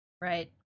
Right